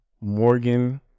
Morgan